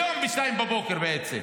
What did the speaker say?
היום ב-02:00 בעצם,